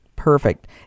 Perfect